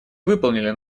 выполнили